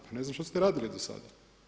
Pa ne znam što ste radili do sada?